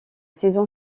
saison